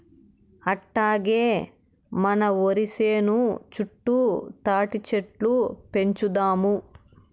అట్టాగే మన ఒరి సేను చుట్టూ తాటిచెట్లు పెంచుదాము